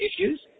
issues